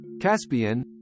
caspian